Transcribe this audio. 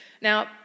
Now